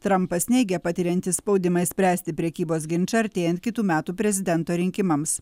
trumpas neigia patiriantis spaudimą išspręsti prekybos ginčą artėjant kitų metų prezidento rinkimams